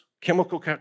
chemical